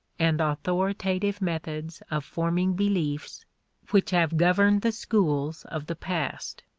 and authoritative methods of forming beliefs which have governed the schools of the past,